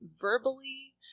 verbally